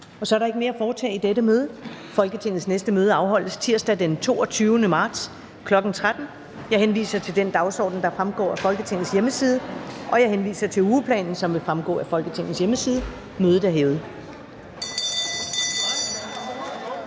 Så er der ikke mere at foretage i dette møde. Folketingets næste møde afholdes tirsdag den 22. marts 2022, kl. 13.00. Jeg henviser til den dagsorden, der fremgår af Folketingets hjemmeside. Og jeg henviser til ugeplanen, som vil fremgå af Folketingets hjemmeside. Mødet er hævet.